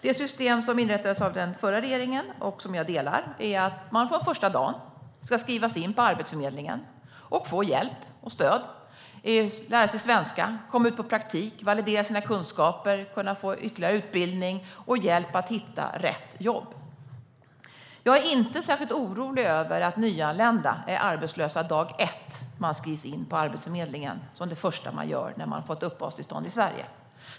Det system som inrättades av den förra regeringen, som jag stöder, är att man från första dagen ska skrivas in på Arbetsförmedlingen och få hjälp och stöd, lära sig svenska, komma ut på praktik, validera sina kunskaper, få ytterligare utbildning samt hjälp att hitta rätt jobb. Jag är inte särskilt orolig över att nyanlända är arbetslösa dag ett när man skrivs in på Arbetsförmedlingen som det första som händer när man fått uppehållstillstånd i Sverige.